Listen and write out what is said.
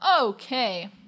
Okay